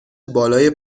بالای